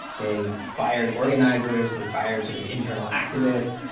they've fired organizers. they've fired sort of internal activists.